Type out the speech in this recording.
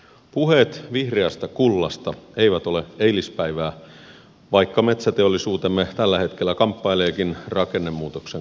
puheet vihreästä kullasta eivät ole eilispäivää vaikka metsäteollisuutemme tällä hetkellä kamppaileekin rakennemuutoksen kourissa